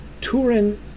Turin